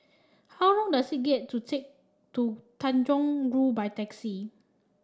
how long does it get to take to Tanjong Rhu by taxi